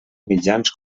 mitjans